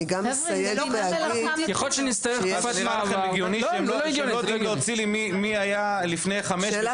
נראה לכם שזה הגיוני שהם לא יכולים להוציא לי מי היה לפני חמש שנים,